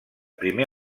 primer